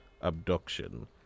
abduction